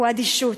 הוא אדישות.